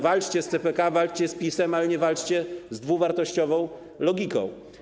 Walczcie z CPK, walczcie z PiS, ale nie walczcie z dwuwartościową logiką.